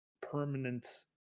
permanent